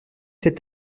ses